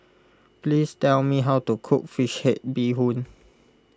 please tell me how to cook Fish Head Bee Hoon